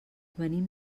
venim